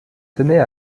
tenait